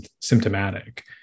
symptomatic